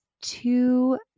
two